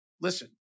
listen